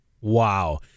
Wow